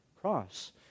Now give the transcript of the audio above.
cross